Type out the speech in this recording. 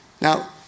Now